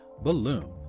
Balloon